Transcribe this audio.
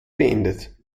beendet